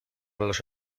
los